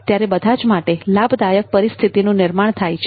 ત્યારે બધા જ માટે લાભદાયક પરિસ્થિતિનું નિર્માણ થાય છે